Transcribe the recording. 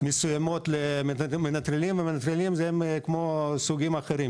מסוימות למנטרלים, ומנטרלים הם כמו אנשים אחרים,